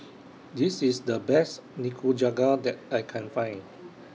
This IS The Best Nikujaga that I Can Find